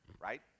right